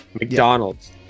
McDonald's